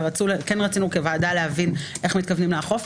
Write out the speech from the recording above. ולכן כוועדה רצינו להבין איך מתכוונים לאכוף,